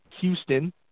Houston